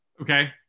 okay